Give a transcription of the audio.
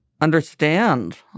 understand